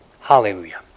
Hallelujah